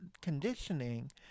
conditioning